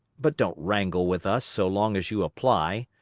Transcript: but don't wrangle with us so long as you apply,